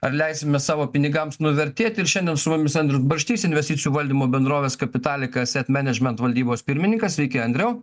ar leisim mes savo pinigams nuvertėti ir šiandien su mumis andrius barštys investicijų valdymo bendrovės kapitalikas et menedžment valdybos pirmininkas sveiki andriau